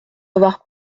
avoir